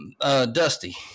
Dusty